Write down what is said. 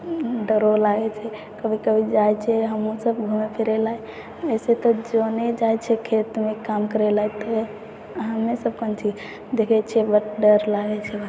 डरो लागै छै कभी कभी जाइ छिए हमहूँसब घुमै फिरैलए अइसे तऽ जौने जाइ छै खेतमे काम करैलए हमेसब कोन छी देखै छिए बड़ डर लागै छै